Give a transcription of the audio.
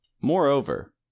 Moreover